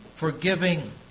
forgiving